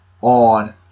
on